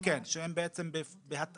שמפריטים פעם ראשונה את השירות שהוא חלק